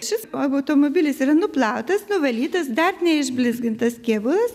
šis automobilis yra nuplautas nuvalytas dar neišblizgintas kėbulas